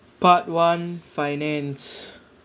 part one finance